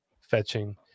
fetching